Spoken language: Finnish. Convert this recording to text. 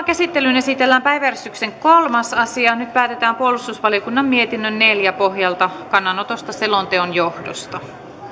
käsittelyyn esitellään päiväjärjestyksen kolmas asia nyt päätetään puolustusvaliokunnan mietinnön neljä pohjalta kannanotosta selonteon johdosta